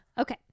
Okay